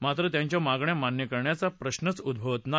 मात्र त्यांच्या मागण्या मान्य करण्याचा प्रत्रच उद्भवत नाही